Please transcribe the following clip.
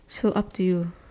so up to you